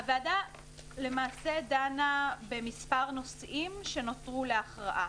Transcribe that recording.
הוועדה למעשה דנה במספר נושאים שנותרו להכרעה.